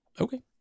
Okay